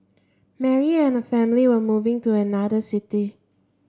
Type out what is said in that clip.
Mary and family were moving to another city